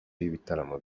y’ibitaramo